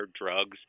drugs